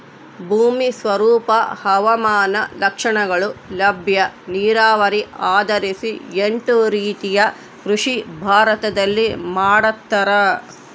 ಭೂಮಿ ಸ್ವರೂಪ ಹವಾಮಾನ ಲಕ್ಷಣಗಳು ಲಭ್ಯ ನೀರಾವರಿ ಆಧರಿಸಿ ಎಂಟು ರೀತಿಯ ಕೃಷಿ ಭಾರತದಲ್ಲಿ ಮಾಡ್ತಾರ